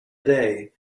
day